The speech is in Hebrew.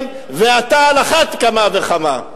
אני, שנולדתי בירושלים, ואתה על אחת כמה וכמה,